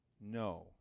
No